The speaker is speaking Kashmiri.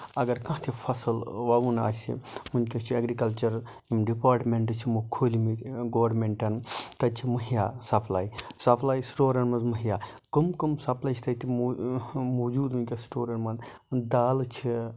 اَگر کانہہ تہِ فَصٕل آسہِ وَوُن آسہِ ؤنکیٚس چھُ اٮ۪گرِکَلچر ڈِپاٹمینٹ چھِ یِمو کھوٗلمٕتۍ گورمینٹَن تَتہِ چھِ مُہَیا سَپلاے سَپلاے سٔٹورَن منٛز مُہیا کم کم سَپلاے چھِ تَتہِ موٗجوٗد ؤنکیٚس سٔٹورَن منٛز دالہٕ چھِ